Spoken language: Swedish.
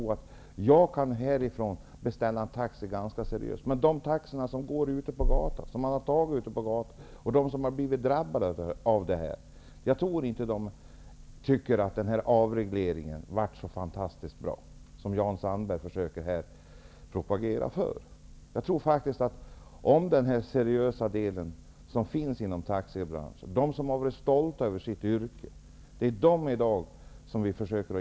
Härifrån riksdagen kan man beställa en seriös taxi, men jag tror att de som har anlitat en taxi på gatan och blivit drabbade inte tycker att avregleringen har varit så fantastiskt bra som Jan Sandberg propagerar för. Genom att genomföra denna skärpning hjälper vi fram de som är seriösa inom taxibranschen och som är stolta över sitt yrke.